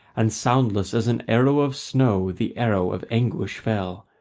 and soundless as an arrow of snow the arrow of anguish fell.